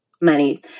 money